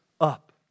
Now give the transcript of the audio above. up